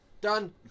done